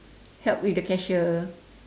help with the cashier